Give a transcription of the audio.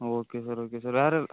ஆ okay sir okay sir வேறு